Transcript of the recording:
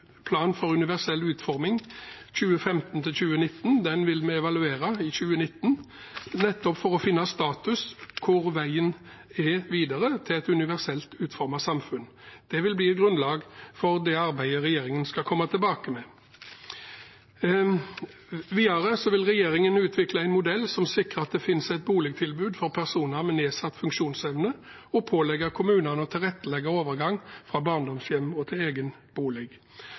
for et universelt utformet samfunn. Det vil danne grunnlag for arbeidet regjeringen skal komme tilbake med. Videre vil regjeringen utvikle en modell som sikrer at det finnes et boligtilbud for personer med nedsatt funksjonsevne, og pålegge kommunene å tilrettelegge overgang fra barndomshjem til egen bolig.